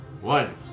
One